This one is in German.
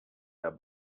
der